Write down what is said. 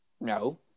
No